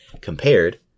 compared